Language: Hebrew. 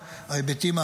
בראש ובראשונה הביטחון,